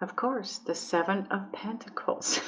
of course the seven of pentacles